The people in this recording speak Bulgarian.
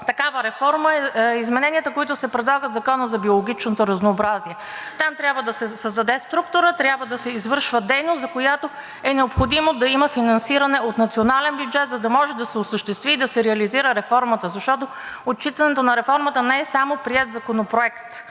такава реформа са измененията, които се предлагат в Закона за биологичното разнообразие. Там трябва да се създаде структура, трябва да се извършва дейност, за която е необходимо да има финансиране от националния бюджет, за да може да се осъществи и да се реализира реформата, защото отчитането на реформата не е само приет законопроект